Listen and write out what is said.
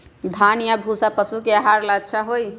या धान के भूसा पशु के आहार ला अच्छा होई?